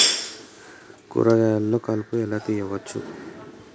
కూరగాయలలో కలుపు ఎలా తీయచ్చు?